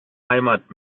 heimat